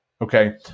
Okay